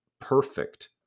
perfect